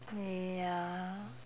ya